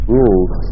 rules